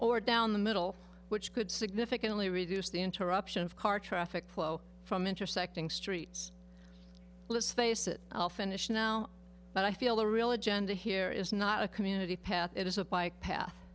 or down the middle which could significantly reduce the interruption of car traffic flow from intersecting streets let's face it i'll finish now but i feel the real agenda here is not a community path it is a bike path